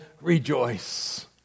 rejoice